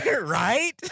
Right